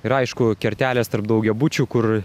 ir aišku kertelės tarp daugiabučių kur